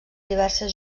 diverses